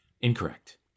Incorrect